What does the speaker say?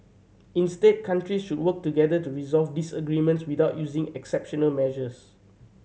instead countries should work together to resolve disagreements without using exceptional measures